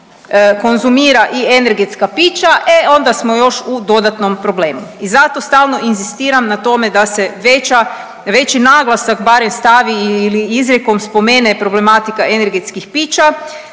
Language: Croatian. i energetska pića e onda smo još u dodatnom problemu. I zato stalno inzistiram na tome da se veća, veći naglasak barem stavi ili izrijekom spomene problematika energetskih pića.